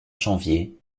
janvier